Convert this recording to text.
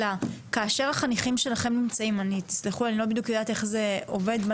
אני לא בדיוק יודעת איך זה עובד אבל